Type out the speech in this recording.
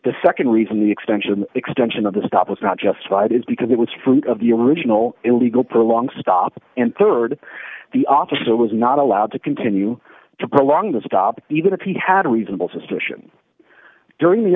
the nd reason the extension extension of the stop was not justified is because it was fruit of the original illegal prolong stop and rd the officer was not allowed to continue to prolong the stop even if he had a reasonable suspicion during the